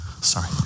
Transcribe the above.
Sorry